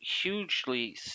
Hugely